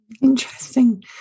Interesting